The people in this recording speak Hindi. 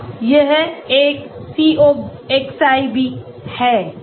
हाँ यह एक Coxib है